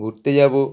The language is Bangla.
ঘুরতে যাব